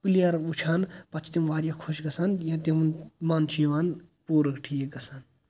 player وٕچھان پَتہ چھِ تم واریاہ خۄش گژھان یہِ تِمن چُھ یِوان پوٗرٕ ٹھیٖک گژھان